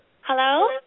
Hello